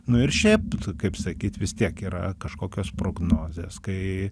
nu ir šiaip kaip sakyt vis tiek yra kažkokios prognozės kai